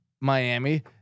Miami